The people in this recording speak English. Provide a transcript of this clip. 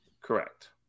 Correct